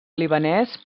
libanès